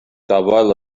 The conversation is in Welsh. gafael